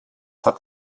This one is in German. hat